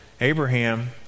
Abraham